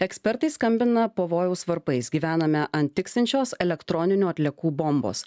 ekspertai skambina pavojaus varpais gyvename ant tiksinčios elektroninių atliekų bombos